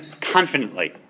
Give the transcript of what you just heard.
confidently